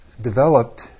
developed